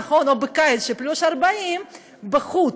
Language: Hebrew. או בקיץ כ-40 מעלות פלוס בחוץ,